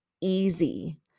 easy